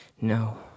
No